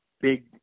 big